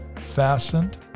fastened